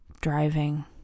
Driving